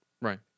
Right